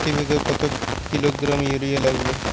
বিঘাপ্রতি কত kilogram urea লাগবে?